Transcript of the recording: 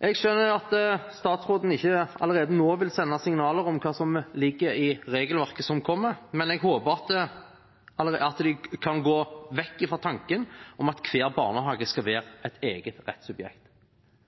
Jeg skjønner at statsråden ikke allerede nå vil sende signaler om hva som ligger i regelverket som kommer, men jeg håper at de kan gå vekk fra tanken om at hver barnehage skal være